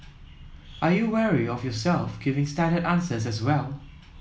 are you wary of yourself giving standard answers as well